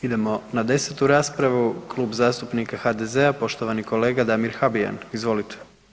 Idemo na desetu raspravu, Klub zastupnika HDZ-a, poštovani kolega Damir Habijan, izvolite.